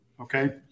okay